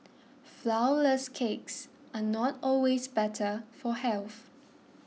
Flourless Cakes are not always better for health